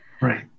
Right